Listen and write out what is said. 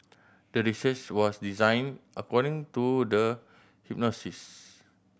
the research was designed according to the